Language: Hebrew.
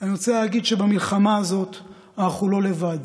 אני רוצה להגיד שבמלחמה הזאת אנחנו לא לבד.